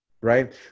Right